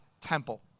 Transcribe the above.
temple